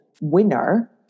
winner